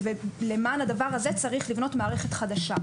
למען הדבר הזה צריך לבנות מערכת חדשה.